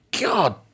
God